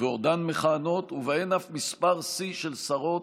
ועודן מכהנות, ובהן אף מספר שיא של שרות